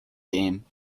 game